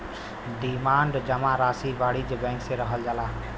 demand जमा राशी वाणिज्य बैंक मे रखल जाला